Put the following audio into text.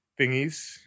thingies